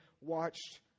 watched